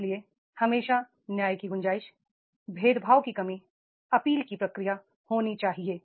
इसलिए हमेशा न्याय की गुंजाइश भेदभाव की कमी अपील की प्रक्रिया होनी चाहिए